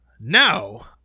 Now